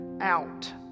out